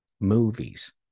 movies